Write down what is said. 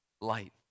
light